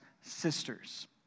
sisters